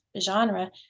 genre